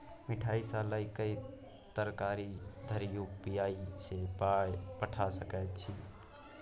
मिठाई सँ लए कए तरकारी धरि यू.पी.आई सँ पाय पठा सकैत छी